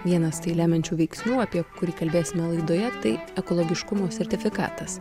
vienas tai lemiančių veiksnių apie kurį kalbėsime laidoje taip ekologiškumo sertifikatas